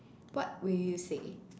what will you say